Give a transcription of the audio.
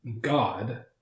God